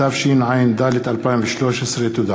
התשע"ד 2013. תודה.